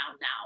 now